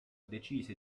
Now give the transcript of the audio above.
decise